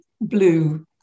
blue